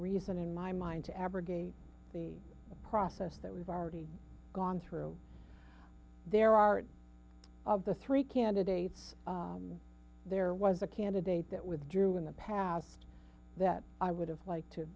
reason in my mind to abrogate the process that we've already gone through there are of the three candidates there was a candidate that withdrew in the past that i would have liked to